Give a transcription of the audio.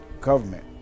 government